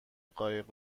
قایق